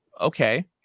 Okay